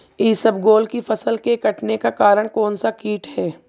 इसबगोल की फसल के कटने का कारण कौनसा कीट है?